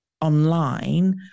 online